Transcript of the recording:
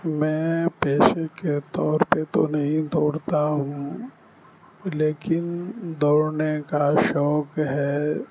میں پیشے کے طور پہ تو نہیں دوڑتا ہوں لیکن دوڑنے کا شوق ہے